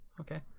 Okay